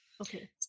okay